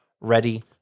ready